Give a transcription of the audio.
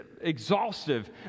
exhaustive